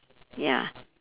ya